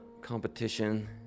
Competition